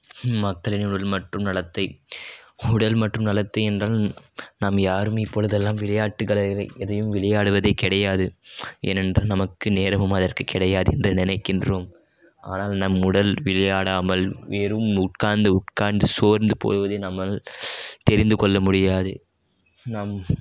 மக்களின் உடல் மற்றும் நலத்தை உடல் மற்றும் நலத்தை என்றால் நாம் யாரும் இப்பொழுதெல்லாம் விளையாட்டுகளை எதையும் விளையாடுவதே கிடையாது ஏனென்றால் நமக்கு நேரமும் அதற்கு கிடையாதென்று நினைக்கின்றோம் ஆனால் நம் உடல் விளையாடாமல் வெறும் உட்கார்ந்து உட்கார்ந்து சோர்ந்து போவதை நம்மால் தெரிந்துக் கொள்ள முடியாது நாம்